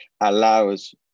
allows